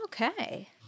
Okay